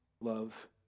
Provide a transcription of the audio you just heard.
love